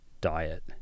diet